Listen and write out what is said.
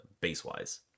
base-wise